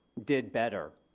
did better.